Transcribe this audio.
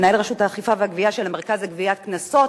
מנהל רשות האכיפה והגבייה של המרכז לגביית קנסות,